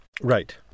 Right